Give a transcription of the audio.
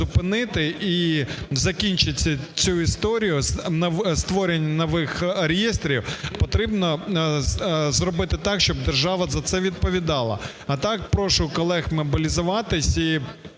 і закінчити цю історію, створення нових реєстрів, потрібно зробити так, щоб держава за це відповідала. А так, прошу колег мобілізуватися